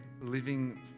living